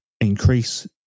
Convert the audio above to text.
increase